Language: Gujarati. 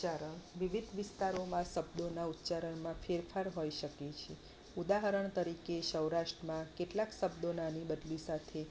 ઉચ્ચારણ વિવિધ વિસ્તારોમાં સબ્દોના ઉચ્ચારણમાં ફેરફાર હોય શકે છે ઉદાહરણ તરીકે સૌરાષ્ટ્રમાં કેટલાક શબ્દોનાની બદલી સાથે